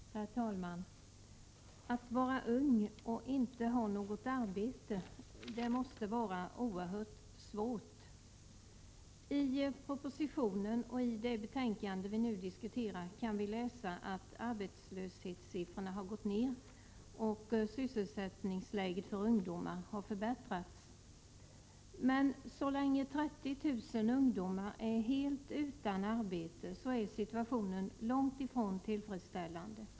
Herr talman! Att vara ung och inte ha något arbete måste vara oerhört svårt. I propositionen och i det betänkande vi nu diskuterar kan vi läsa att arbetslöshetssiffrorna har gått ned och att sysselsättningsläget för ungdomar har förbättrats. Men så länge 30 000 ungdomar är helt utan arbete är situationen långt ifrån tillfredsställande.